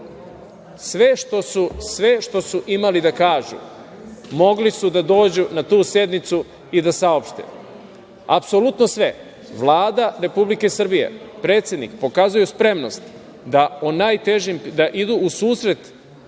što su imali da kažu mogli su da dođu na tu sednicu i da saopšte, apsolutno sve. Vlada Republike Srbije i predsednik pokazuju spremnost da idu u susret